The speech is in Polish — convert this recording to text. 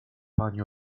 pani